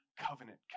covenant